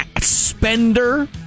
spender